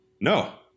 No